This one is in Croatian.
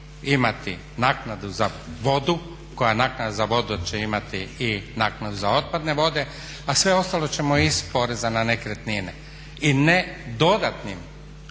imati naknadu za vodu koja naknada za vodu će imati i naknadu za otpadne vode, a sve ostalo ćemo iz poreza na nekretnine. I ne dodatnim